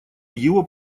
его